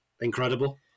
incredible